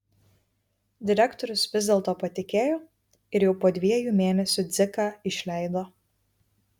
direktorius vis dėl to patikėjo ir jau po dviejų mėnesių dziką išleido